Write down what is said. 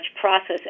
process